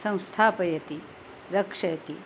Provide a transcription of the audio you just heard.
संस्थापयति रक्षयति